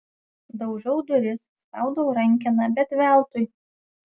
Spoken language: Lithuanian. daužau duris spaudau rankeną bet veltui